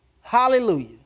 Hallelujah